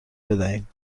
بدهیم